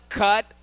cut